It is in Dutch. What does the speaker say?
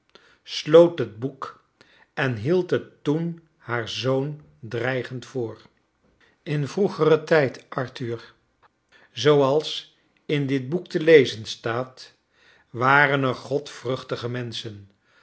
sloot het boek en hield het toen haar zoon dreigend voor ia vroegeren tijd arthur zooals in dit boek te lezen staat waren er godvruchtige menschen